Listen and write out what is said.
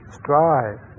strive